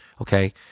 okay